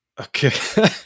Okay